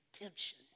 Redemption